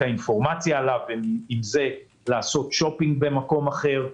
האינפורמציה עליו ועם זה לעשות שופינג במקום אחר,